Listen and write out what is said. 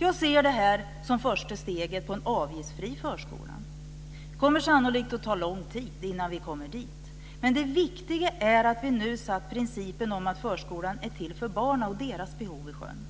Jag ser det här som första steget mot en avgiftsfri förskola. Det kommer sannolikt att ta lång tid innan vi kommer dit, men det viktiga är att vi nu satt principen om att förskolan är till för barnen och deras behov i sjön.